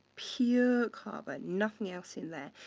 pure carbon. nothing else in there.